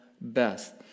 best